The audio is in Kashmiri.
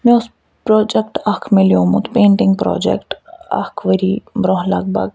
مےٚ اوس پرٛوجکٹ اکھ مِلومُت پیٛنٹِنٛگ پرٛوجکٹ اکھ ؤری برٛۄنٛہہ لگ بگ